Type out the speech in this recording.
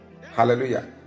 Hallelujah